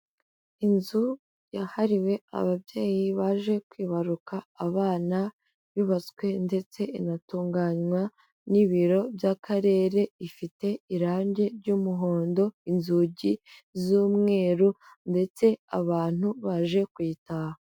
Inzu yahariwe ababyeyi baje kwibaruka abana, yubatswe ndetse inatunganywa n'ibiro by'Akarere, ifite irange ry'umuhondo, inzugi z'umweru ndetse abantu baje kuyitaha.